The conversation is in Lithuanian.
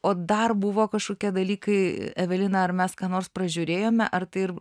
o dar buvo kažkokie dalykai evelina ar mes ką nors pražiūrėjome ar tai ir